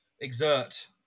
exert